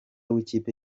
w’ikipe